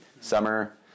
summer